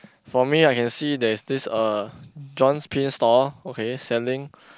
for me I can see there's this uh John pins store okay selling